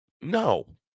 No